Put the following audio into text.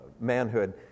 manhood